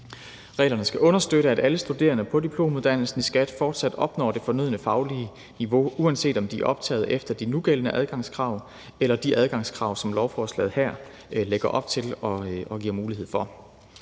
Reglerne skal understøtte, at alle studerende på diplomuddannelsen i skat fortsat opnår det fornødne faglige niveau, uanset om de er optaget efter de nugældende adgangskrav eller de adgangskrav, som lovforslaget her lægger op til og giver mulighed for.